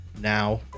now